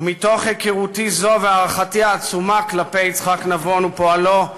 ומתוך היכרותי זו והערכתי העצומה כלפי יצחק נבון ופועלו,